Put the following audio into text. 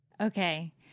Okay